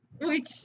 Which-